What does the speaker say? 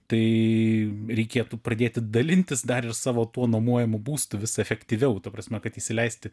tai reikėtų pradėti dalintis dar ir savo tų nuomojamų būstu vis efektyviau ta prasme kad įsileisti